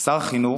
שר החינוך